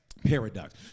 paradox